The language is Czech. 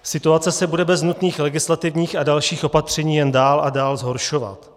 Situace se bude bez nutných legislativních a dalších opatření jen dál a dál zhoršovat.